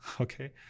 okay